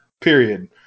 Period